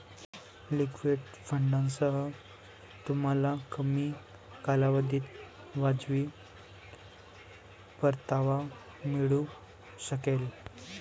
liquid फंडांसह, तुम्हाला कमी कालावधीत वाजवी परतावा मिळू शकेल